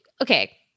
Okay